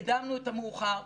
הקדמנו את המאוחר.